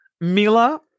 Mila